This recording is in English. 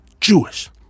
Jewish